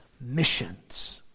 Missions